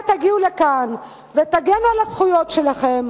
תגיעו לכאן ותגנו על הזכויות שלהם,